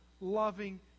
loving